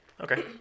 okay